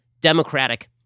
democratic